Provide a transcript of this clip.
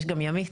יש גם ימית.